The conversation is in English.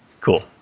Cool